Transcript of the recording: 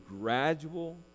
gradual